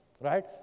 right